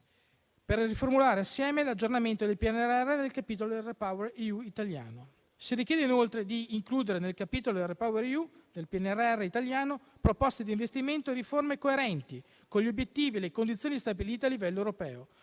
per riformulare insieme l'aggiornamento del PNRR nel capitolo REPowerEU italiano. Si richiede inoltre di includere nel capitolo REPowerEU del PNRR italiano proposte di investimento e riforme coerenti con gli obiettivi e le condizioni stabilite a livello europeo.